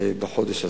בחודש הזה.